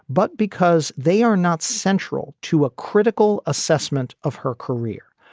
but because they are not central to a critical assessment of her career.